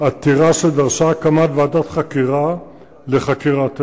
עתירה שדרשה הקמת ועדת חקירה לחקירת האירוע.